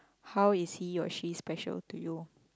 how is he or she special to you